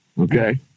okay